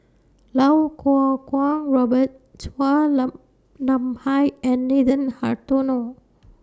Lau Kuo Kwong Robert Chua Lam Nam Hai and Nathan Hartono